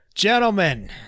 Gentlemen